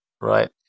Right